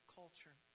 culture